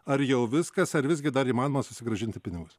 ar jau viskas ar visgi dar įmanoma susigrąžinti pinigus